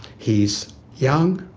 he's young,